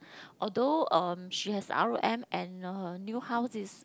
although um she has R_O_M and her new house is